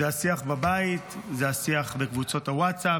זה השיח בבית, זה השיח בקבוצות הווטסאפ,